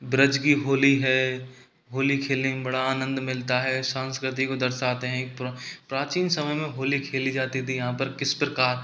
ब्रज की होली है होली खेलने बड़ा आनंद मिलता है संस्कृति को दर्शाते हैं प्राचीन समय में होली खेली जाती थी यहाँ पर किस प्रकार